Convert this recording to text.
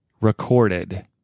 recorded